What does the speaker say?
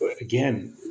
again